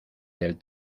del